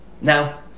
Now